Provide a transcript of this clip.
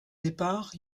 départ